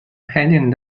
heading